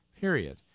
Period